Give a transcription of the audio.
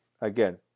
Again